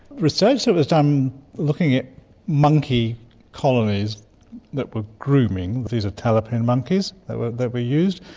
research that was done looking at monkey colonies that were grooming, these are talapoin monkeys that were that were used.